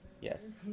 Yes